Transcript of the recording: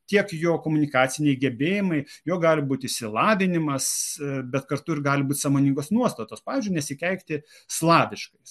tiek jo komunikaciniai gebėjimai jo gali būti išsilavinimas bet kartu ir gali būt sąmoningos nuostatos pavyzdžiui nesikeikti slaviškais